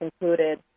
included